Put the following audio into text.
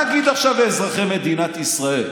חבר הכנסת, מה נגיד עכשיו לאזרחי מדינת ישראל,